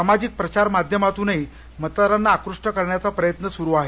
सामाजिक प्रचार माध्यमातून मतदारांना आकृष्ट करण्याचा प्रयत्न सुरु आहे